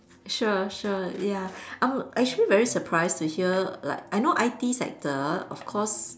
sure sure ya I'm actually very surprised to hear like I know I_T sector of course